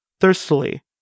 thirstily